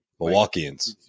Milwaukeeans